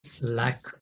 lack